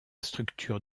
structure